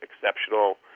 exceptional